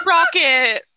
Rocket